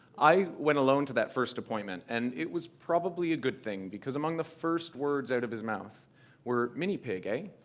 i went alone to that first appointment, and it was probably a good thing because among the first words out of his mouth were, mini pig, ah?